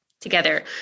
together